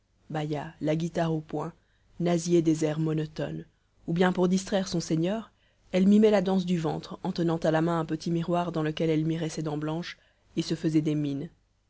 baïa la guitare au poing nasillait des airs monotones ou bien pour distraire son seigneur elle mimait la danse du ventre en tenant à la main un petit miroir dans lequel elle mirait ses dents blanches et se faisait des mines